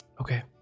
Okay